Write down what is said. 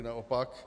Naopak.